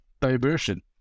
diversion